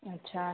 अच्छा